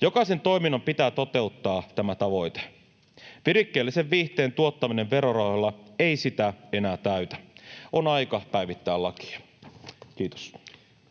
Jokaisen toiminnan pitää toteuttaa tämä tavoite. Virikkeellisen viihteen tuottaminen verorahoilla ei sitä enää täytä. On aika päivittää lakia. — Kiitos.